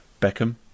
Beckham